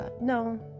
No